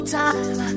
time